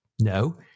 No